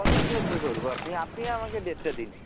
কদিন ধৈর্য্য ধরবো আপনি আপনিই আমাকে ডেটটা দিন